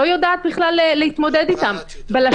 לא יודעת בכלל להתמודד איתם.